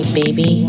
baby